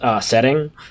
setting